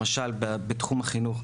למשל בתחום החינוך.